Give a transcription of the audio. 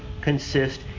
consist